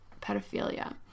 pedophilia